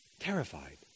terrified